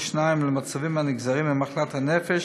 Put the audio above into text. שיניים למצבים הנגזרים ממחלת הנפש,